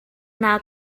naa